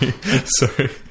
Sorry